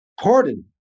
pardon